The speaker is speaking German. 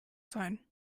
sein